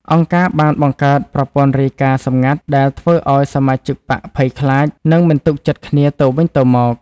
អង្គការបានបង្កើតប្រព័ន្ធរាយការណ៍សម្ងាត់ដែលធ្វើឱ្យសមាជិកបក្សភ័យខ្លាច និងមិនទុកចិត្តគ្នាទៅវិញទៅមក។